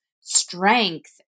strength